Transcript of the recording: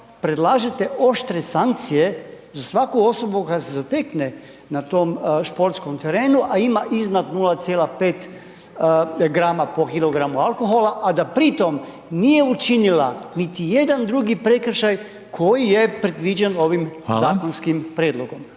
predlažete oštre sankcije za svaku osobu koja se zatekne na tom sportskom terenu, a ima iznad 0,5 grama po kilogramu alkohola, a da pri tom nije učinila niti jedan drugi prekršaj koji je predviđen ovim zakonskim prijedlogom.